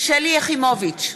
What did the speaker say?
שלי יחימוביץ,